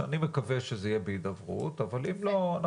שאני מקווה שזה יהיה בהידברות אבל אם לא,